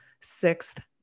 sixth